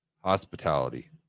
hospitality